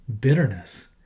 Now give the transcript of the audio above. Bitterness